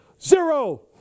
Zero